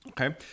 Okay